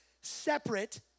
separate